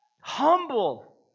humble